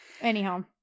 Anyhow